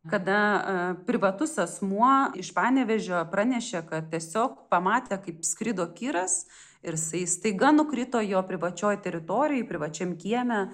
kada privatus asmuo iš panevėžio pranešė kad tiesiog pamatė kaip skrido kiras ir jisai staiga nukrito jo privačioj teritorijoj privačiam kieme